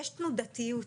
יש תנודתיות.